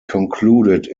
concluded